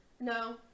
No